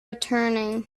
returning